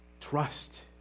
Trust